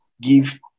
give